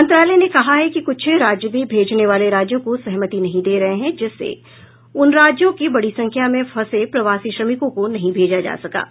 मंत्रालय ने कहा कि कुछ राज्य भी भेजने वाले राज्यों को सहमति नहीं दे रहे हैं जिससे उन राज्यों के बड़ी संख्या में फंसे प्रवासी श्रमिकों को नहीं भेजा जा सका है